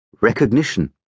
recognition